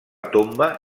tomba